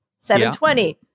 7.20